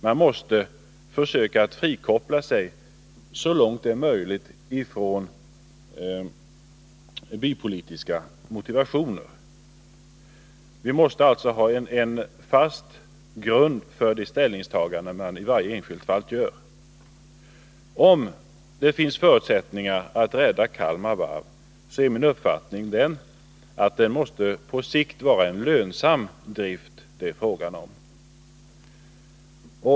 Man måste försöka frikoppla sig så långt det är möjligt från bypolitiska 43 motivationer. Vi måste alltså ha en fast grund för de ställningstaganden vi i varje enskilt fall gör. För att det skall finnas förutsättningar att rädda Kalmar Varv är min uppfattning att det måste vara fråga om en på sikt lönsam drift.